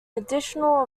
additional